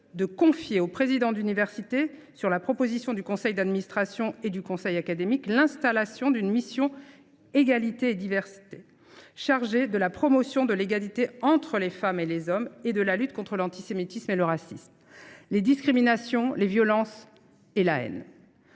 de confier aux présidents d’université, sur la proposition du conseil d’administration et du conseil académique, l’installation d’une mission « égalité et diversité », chargée de la promotion de l’égalité entre les femmes et les hommes et de la lutte contre l’antisémitisme et le racisme, les discriminations, les violences et la haine.